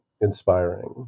inspiring